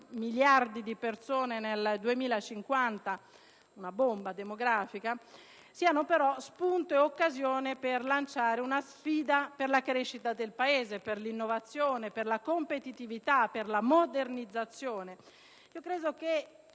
miliardi di persone nel 2050, una vera bomba demografica) siano spunto e occasione per lanciare una sfida per la crescita del Paese, per l'innovazione, per la competitività, per la modernizzazione. E il